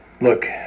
Look